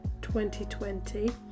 2020